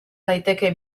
daiteke